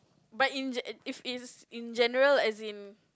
but in gen~ if it's in general as in